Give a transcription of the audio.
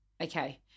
Okay